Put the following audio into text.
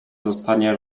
zostanie